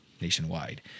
nationwide